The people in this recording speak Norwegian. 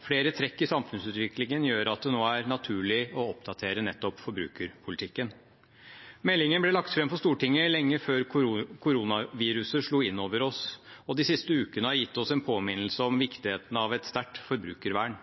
Flere trekk i samfunnsutviklingen gjør at det nå er naturlig å oppdatere nettopp forbrukerpolitikken. Meldingen ble lagt fram for Stortinget lenge før koronaviruset slo inn over oss. De siste ukene har gitt oss en påminnelse om viktigheten av et sterkt forbrukervern.